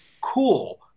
cool